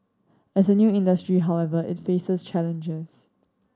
as a new industry however it faces challenges